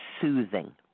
soothing